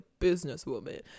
businesswoman